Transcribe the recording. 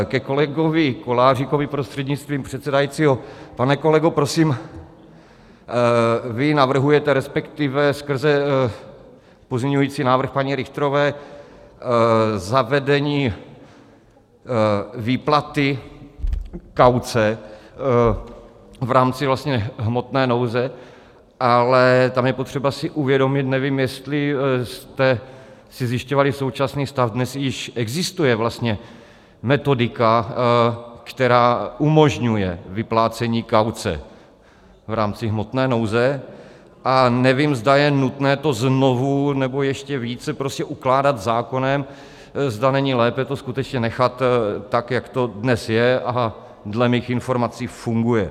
Ke kolegovi Koláříkovi, prostřednictvím předsedajícího pane kolego, prosím, vy navrhujete, respektive skrze pozměňující návrh paní Richterové, zavedení výplaty kauce v rámci hmotné nouze, ale tam je potřeba si uvědomit nevím, jestli jste si zjišťovali současný stav dnes již existuje metodika, která umožňuje vyplácení kauce v rámci hmotné nouze, a nevím, zda je nutné to znovu nebo ještě více ukládat zákonem, zda není lépe to skutečně nechat tak, jak to dnes je a dle mých informací funguje.